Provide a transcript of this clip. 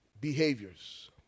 Behaviors